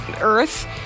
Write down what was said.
Earth